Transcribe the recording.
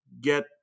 get